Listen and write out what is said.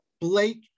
Blake